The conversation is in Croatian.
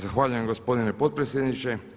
Zahvaljujem gospodine potpredsjedniče.